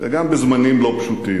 וגם בזמנים לא פשוטים.